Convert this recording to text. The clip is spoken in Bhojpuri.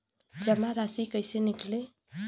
जमा राशि कइसे निकली?